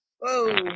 Whoa